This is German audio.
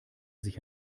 sich